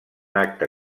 acte